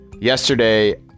Yesterday